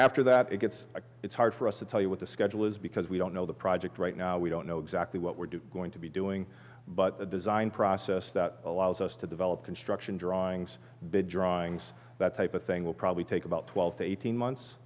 after that it gets it's hard for us to tell you what the schedule is because we don't know the project right now we don't know exactly what we're going to be doing but the design process that allows us to develop construction drawings big drawings that type of thing will probably take about twelve to eighteen months